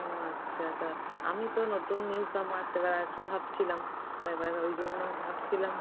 ও আচ্ছা তা আমি তো নতুন নিউ কামার তো এবার আসবো ভাবছিলাম তা এবাই ওই জন্য ভাবছিলাম